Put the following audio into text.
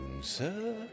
sir